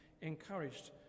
encouraged